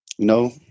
No